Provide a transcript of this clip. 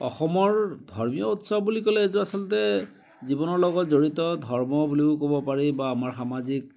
অসমৰ ধৰ্মীয় উৎসৱ বুলি ক'লে এইটো আচলতে জীৱনৰ লগত জড়িত ধৰ্ম বুলিও ক'ব পাৰি বা আমাৰ সামাজিক